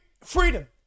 freedom